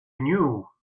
knew